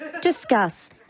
Discuss